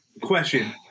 question